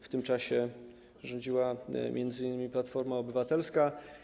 W tym czasie rządziła m.in. Platforma Obywatelska.